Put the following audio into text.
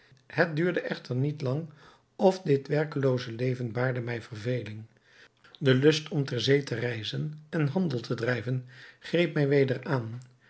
het duurde echter niet lang of dit werkelooze leven baarde mij verveling de lust om ter zee te reizen en handel te drijven greep mij weder aan